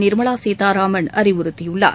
நிர்மலா சீதாராமன் அறிவுறுத்தியுள்ளார்